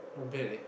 not bad eh